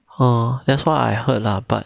ah that's why I heard lah but